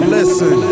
Listen